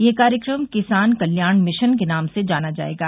यह कार्यक्रम किसान कल्याण मिशन के नाम से जाना जाएगा